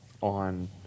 on